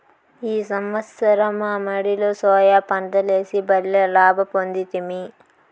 ఈ సంవత్సరం మా మడిలో సోయా పంటలేసి బల్లే లాభ పొందితిమి